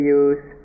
use